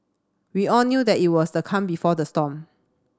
we all knew that it was the calm before the storm